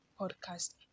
podcast